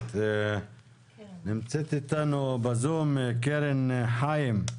נמצאת איתנו בזום קרן חיים.